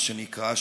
מה שנקרא,